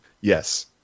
yes